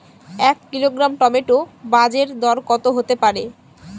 এক kilogram tomato বাজের দরকত হতে পারে?